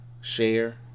share